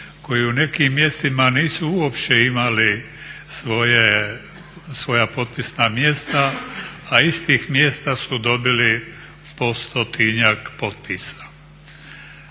koji u nekim mjestima nisu uopće imali svoja potpisna mjesta a iz tih mjesta su dobili po stotinjak potpisa.